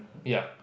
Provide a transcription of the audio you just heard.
ya